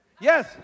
Yes